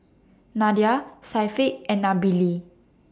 Nadia Syafiq and Nabila